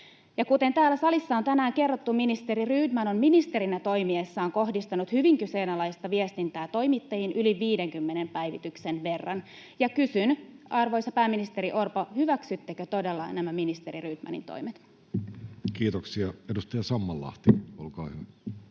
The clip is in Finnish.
Kuten täällä salissa on tänään kerrottu, ministeri Rydman on ministerinä toimiessaan kohdistanut hyvin kyseenalaista viestintää toimittajiin yli 50 päivityksen verran, ja kysyn: arvoisa pääministeri Orpo, hyväksyttekö todella nämä ministeri Rydmanin toimet? [Speech 93] Speaker: Jussi Halla-aho